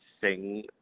sing